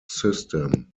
system